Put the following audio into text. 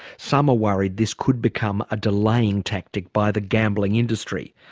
some are worried this could become a delaying tactic by the gambling industry.